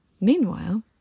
Meanwhile